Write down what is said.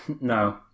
No